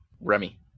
Remy